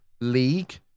League